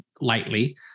lightly